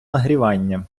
нагрівання